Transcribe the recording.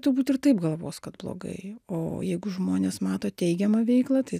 turbūt ir taip gavos kad blogai o jeigu žmonės mato teigiamą veiklą tai